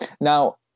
Now